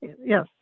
Yes